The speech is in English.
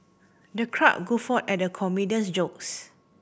the crowd guffawed at the comedian's jokes